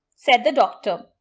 said the doctor.